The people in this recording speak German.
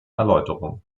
erläuterung